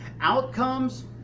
outcomes